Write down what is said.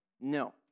No